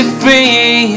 free